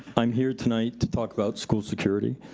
i'm here tonight to talk about school security.